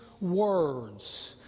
words